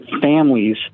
families